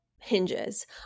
hinges